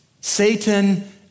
Satan